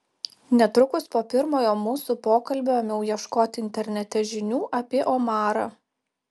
netrukus po pirmojo mūsų pokalbio ėmiau ieškoti internete žinių apie omarą